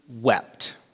wept